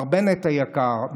מר בנט היקר,